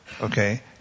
Okay